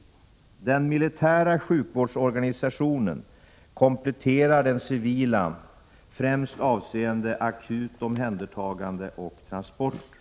Den militära sjukvårdsorganisationen kompletterar den civila främst avseende akut omhändertagande och transporter.